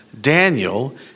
Daniel